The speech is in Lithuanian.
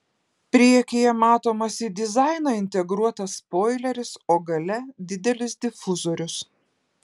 priekyje matomas į dizainą integruotas spoileris o gale didelis difuzorius